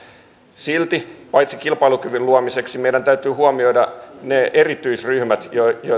silti paitsi kilpailukyvyn luominen meidän täytyy huomioida ne erityisryhmät